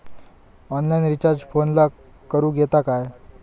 Online recharge फोनला करूक येता काय?